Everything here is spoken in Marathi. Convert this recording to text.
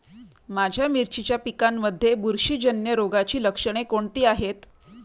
माझ्या मिरचीच्या पिकांमध्ये बुरशीजन्य रोगाची लक्षणे कोणती आहेत?